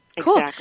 Cool